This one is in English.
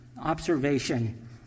observation